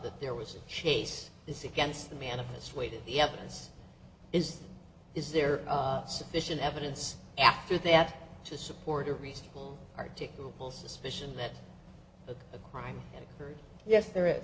that there was a chase this against the manifest way to the evidence is is there sufficient evidence after that to support a reasonable articulable suspicion that a crime occurred yes there